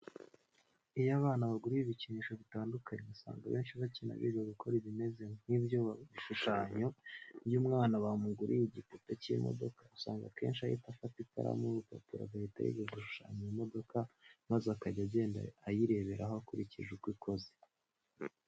Iyo abana baguriwe ibikinisho bitandukanye usanga abenshi bakina biga gukora ibimeze nk'ibyo bishushanyo. Iyo umwana bamuguriye igipupe cy'imodoka usanga akenshi ahita afata ikaramu n'urupapuro agahita yiga gushushanya iyo modoka maze akajya agenda ayireberaho akurikije uko ikoze.